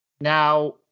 Now